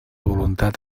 voluntat